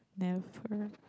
never